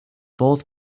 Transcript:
both